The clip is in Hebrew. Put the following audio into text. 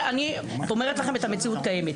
אני אומרת לכם את המציאות הקיימת.